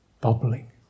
bubbling